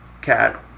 Cat